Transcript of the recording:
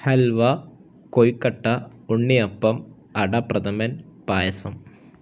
halwa kozhukatta unniyappam adapradhaman പായസം